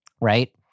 right